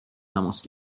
تماس